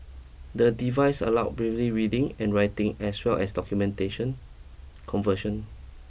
the device allowed Braille reading and writing as well as documentation conversion